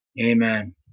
Amen